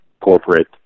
corporate